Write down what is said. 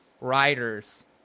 riders